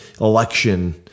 election